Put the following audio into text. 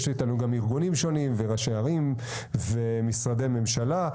יש איתנו גם ארגונים שונים וראשי ערים ומשרדי ממשלה.